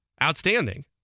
Outstanding